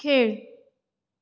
खेळ